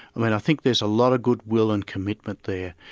um and i think there's a lot of goodwill and commitment there,